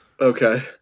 Okay